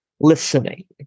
Listening